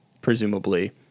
presumably